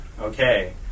Okay